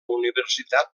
universitat